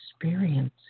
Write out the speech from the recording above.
experience